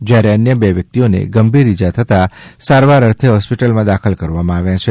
જ્યારે અન્ય બે વ્યક્તિઓને ગંભીર ઇજા થતાં સારવાર અર્થે હોસ્પિટલમાં દાખલ કરવામાં આવ્યા છે